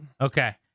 Okay